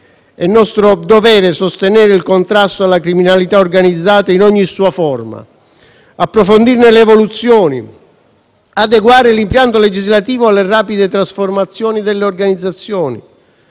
È nostro dovere sostenere il contrasto alla criminalità organizzata in ogni sua forma, approfondirne le evoluzioni, adeguare l'impianto legislativo alle rapide trasformazioni delle organizzazioni,